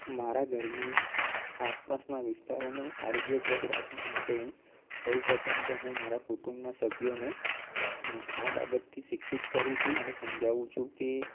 મારા ઘરની આસપાસના વિસ્તારોને આરોગ્યપ્રદ રાખવા માટે સૌ પ્રથમ તો હું મારા કુટુંબના સભ્યોને આ બાબતથી શિક્ષિત કરું છું અને સમજવું છું કે